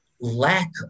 lack